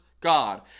God